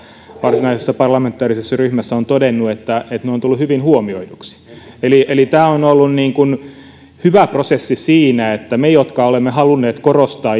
varsinaisessa parlamentaarisessa ryhmässä on todennut että ne ovat tulleet hyvin huomioiduiksi eli eli tämä on ollut hyvä prosessi siinä että me jotka olemme halunneet korostaa